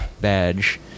badge